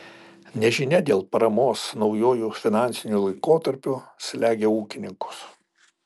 nežinia dėl paramos naujuoju finansiniu laikotarpiu slegia ūkininkus